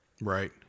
Right